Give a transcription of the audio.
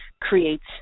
creates